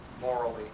morally